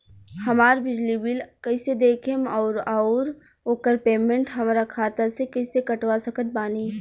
हमार बिजली बिल कईसे देखेमऔर आउर ओकर पेमेंट हमरा खाता से कईसे कटवा सकत बानी?